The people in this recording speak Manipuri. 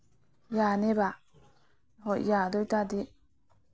ꯌꯥꯅꯤꯕ ꯍꯣꯏ ꯌꯥꯗꯣꯏ ꯑꯣꯏ ꯇꯥꯔꯗꯤ